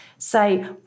Say